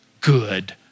good